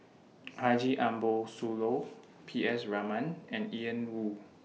Haji Ambo Sooloh P S Raman and Ian Woo